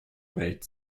welt